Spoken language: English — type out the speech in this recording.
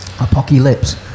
apocalypse